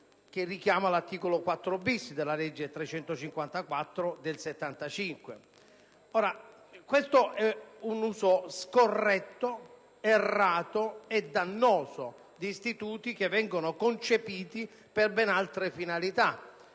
che richiama l'articolo 4-*bis* della legge n. 354 del 1975. Questo è un uso scorretto, errato e dannoso di istituti che vengono concepiti per ben altre finalità,